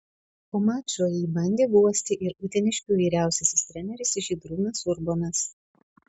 po mačo jį bandė guosti ir uteniškių vyriausiasis treneris žydrūnas urbonas